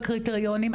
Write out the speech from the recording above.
מי עומד בקריטריונים.